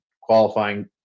qualifying